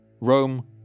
Rome